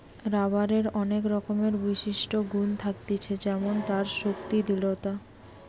রাবারের অনেক রকমের বিশিষ্ট গুন থাকতিছে যেমন তার শক্তি, দৃঢ়তা